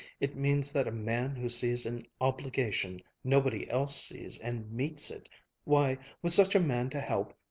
it means that a man who sees an obligation nobody else sees and meets it why, with such a man to help,